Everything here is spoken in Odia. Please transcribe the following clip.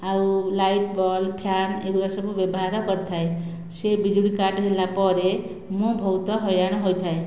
ଆଉ ଲାଇଟ୍ ବଲ୍ ଫ୍ୟାନ୍ ଏଗୁଡ଼ା ସବୁ ବ୍ୟବହାର କରିଥାଏ ସେ ବିଜୁଳି କାଟ୍ ହେଲା ପରେ ମୁଁ ବହୁତ ହଇରାଣ ହୋଇଥାଏ